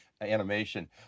animation